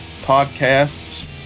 podcasts